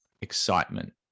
excitement